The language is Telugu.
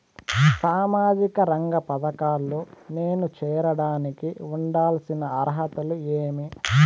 సామాజిక రంగ పథకాల్లో నేను చేరడానికి ఉండాల్సిన అర్హతలు ఏమి?